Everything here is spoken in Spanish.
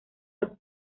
los